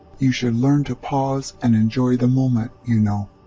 you should learn to pause, and enjoy the moment, you know.